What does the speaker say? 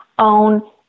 own